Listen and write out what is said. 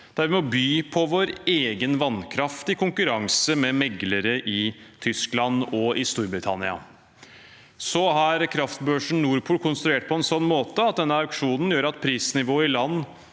der vi må by på vår egen vannkraft, i konkurranse med meglere i Tyskland og Storbritannia. Kraftbørsen Nord Pool er konstruert på en sånn måte at denne auksjonen gjør at prisnivået i land